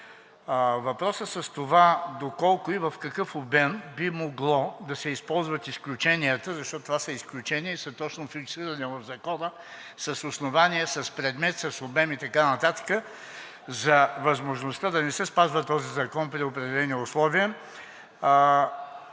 Въпроса с това доколко и в какъв обем би могло да се използват изключенията, защото това са изключения и са точно фиксирани в Закона с основание, с предмет, с обем и така нататък, за възможността да не се спазва този закон при определени условия,